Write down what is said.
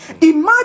Imagine